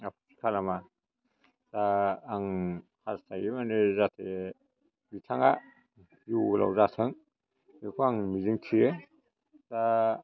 आफुथि खालामा दा आं हास्थायो माने जाते बिथाङा जिउ गोलाव जाथों बेखौ आं मिजिंथियो दा